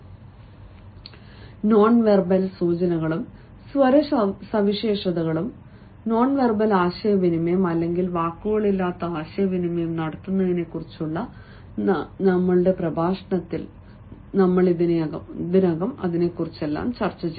unverbal സൂചനകളും സ്വര സവിശേഷതകളും അൺവെർബൽ ആശയവിനിമയം അല്ലെങ്കിൽ വാക്കുകളില്ലാതെ ആശയവിനിമയം നടത്തുന്നതിനെക്കുറിച്ചുള്ള ഞങ്ങളുടെ പ്രഭാഷണത്തിൽ ഞങ്ങൾ ഇതിനകം ചർച്ചചെയ്തു